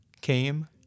came